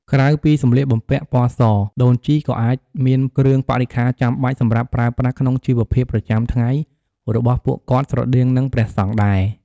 ក្រៅពីសម្លៀកបំពាក់ពណ៌ស ដូនជីក៏អាចមានគ្រឿងបរិក្ខារចាំបាច់សម្រាប់ប្រើប្រាស់ក្នុងជីវភាពប្រចាំថ្ងៃរបស់ពួកគាត់ ស្រដៀងនឹងព្រះសង្ឃដែរ។